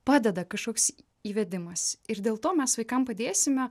padeda kažkoks įvedimas ir dėl to mes vaikam padėsime